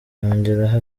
yongeraho